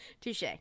Touche